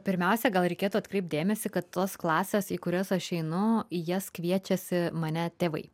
pirmiausia gal reikėtų atkreipt dėmesį kad tos klasės į kurias aš einu į jas kviečiasi mane tėvai